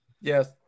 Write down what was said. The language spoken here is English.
Yes